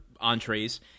entrees